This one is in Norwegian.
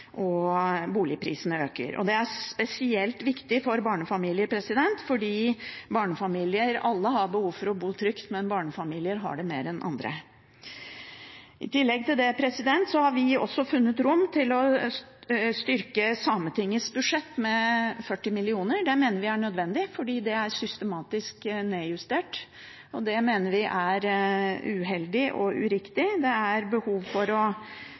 er spesielt viktig for barnefamilier. Alle har behov for å bo trygt, men barnefamilier har mer behov enn andre. I tillegg til dette har vi også funnet rom til å styrke Sametingets budsjett med 40 mill. kr. Det mener vi er nødvendig, for det er systematisk nedjustert, og det mener vi er uheldig og uriktig. Det er behov for å